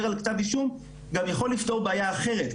על כתב אישום גם יכול לפתור בעיה אחרת,